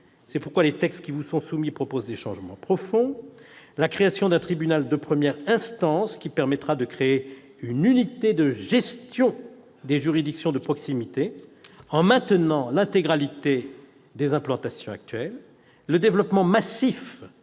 C'est pourquoi les textes qui vous sont soumis proposent des changements profonds. La création d'un tribunal de première instance permettra de créer une unité de gestion des juridictions de proximité en maintenant l'intégralité des implantations actuelles. Le développement massif